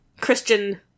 Christian